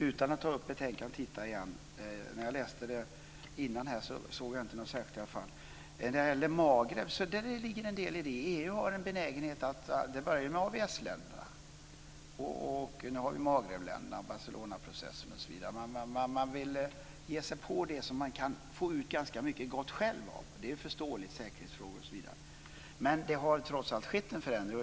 När jag läste i betänkandet här tidigare uppfattade jag i alla fall inte någon särskild skillnad. När det gäller Magreb ligger det en del i det. EU har en sådan benägenhet. Det började med ABS länderna och nu är det aktuellt med Magrebländerna, Barcelonaprocessen osv. Man vill ge sig på det som man själv kan få ut ganska mycket gott av. Det är förståeligt. Men det har trots allt skett en förändring.